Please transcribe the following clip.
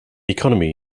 economy